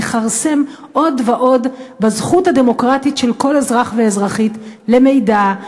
לכרסם עוד ועוד בזכות הדמוקרטית של כל אזרח ואזרחית למידע,